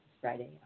Friday